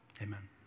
Amen